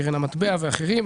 כמו קרן המטבע ואחרים.